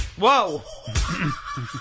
Whoa